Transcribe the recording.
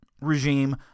regime